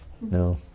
No